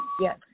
Yes